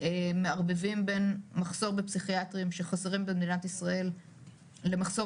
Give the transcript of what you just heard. מערבבים בין מחסור בפסיכיאטרים שחסרים במדינת ישראל למחסור